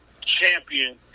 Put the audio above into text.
champion